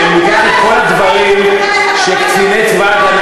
אם ניקח את כל הדברים שקציני צבא הגנה